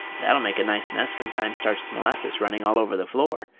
that'll make a nice mess when time starts the molasses running all over the floor,